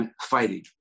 fighting